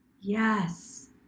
Yes